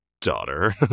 Daughter